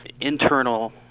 internal